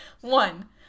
One